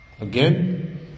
Again